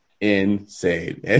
insane